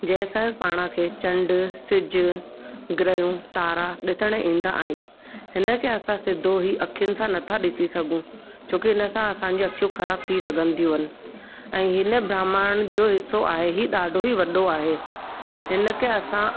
जंहिं सां पाण खे चंड सिज ग्रहियूं तारा ॾिसण ईंदा आहिनि हिन खे असां सिधो ई अखियुनि सां नथा ॾिसी सघूं छो की हिन सां असां जूं अखियूं ख़राब थी सघंदियूं आहिनि ऐं हिन ब्रमांड जो हिसो आहे ई ॾाढो वॾो आहे हिन खे असां